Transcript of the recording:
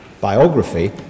biography